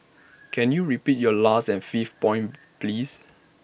can you repeat your last and fifth point please